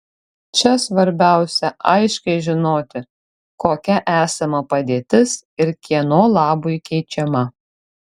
čia svarbiausia aiškiai žinoti kokia esama padėtis ir kieno labui keičiama